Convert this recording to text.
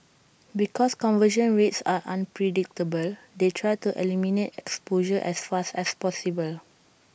because conversion rates are unpredictable they try to eliminate exposure as fast as possible